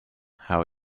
how